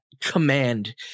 command